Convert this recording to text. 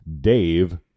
Dave